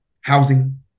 housing